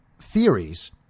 theories